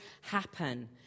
happen